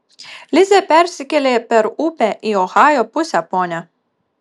lizė persikėlė per upę į ohajo pusę ponia